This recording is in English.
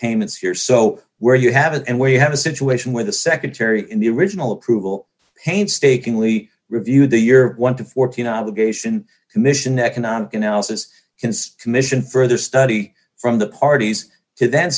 payments here so where you have it and where you have a situation where the secretary in the original approval painstakingly reviewed the year went to fourteen obligation commission economic analysis since commission further study from the parties to then